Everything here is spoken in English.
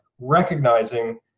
recognizing